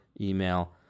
email